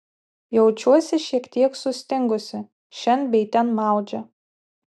jaučiuosi šiek tiek sustingusi šen bei ten maudžia